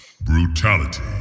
Brutality